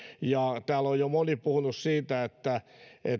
täällä on jo moni puhunut siitä että